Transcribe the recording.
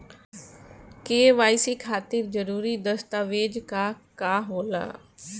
KYC खातिर जरूरी दस्तावेज का का होला?